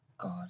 God